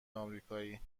آمریکایی